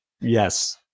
Yes